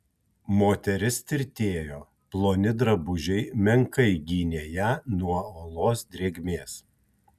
moteris tirtėjo ploni drabužiai menkai gynė ją nuo olos drėgmės